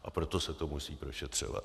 A proto se to musí prošetřovat.